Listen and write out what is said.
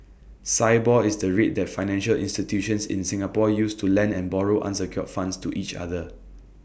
Sibor is the rate that financial institutions in Singapore use to lend and borrow unsecured funds to each other